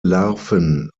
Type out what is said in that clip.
larven